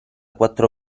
quattro